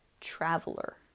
Traveler